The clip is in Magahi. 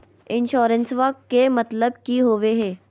इंसोरेंसेबा के मतलब की होवे है?